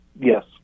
Yes